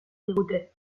digute